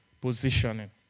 positioning